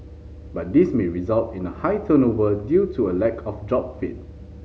but this may result in a high turnover due to a lack of job fit